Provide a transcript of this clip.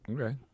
Okay